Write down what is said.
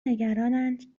نگرانند